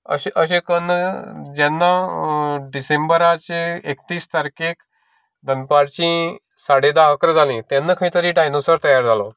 अशें करून जेन्ना डिसेंबराचे एकतीस तारखेर दनपारचीं साडे धा अकरा जालीं तेन्ना खंयतरी डायनोसोर तयार जालो